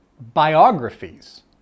biographies